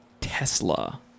Tesla